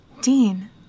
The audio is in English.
Dean